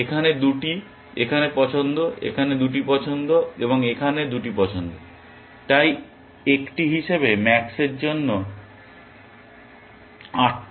এখানে 2টি এখানে পছন্দ এখানে 2টি পছন্দ এবং এখানে 2টি পছন্দ তাই একটি হিসাবে ম্যাক্স এর জন্য 8টি কৌশল উপলব্ধ রয়েছে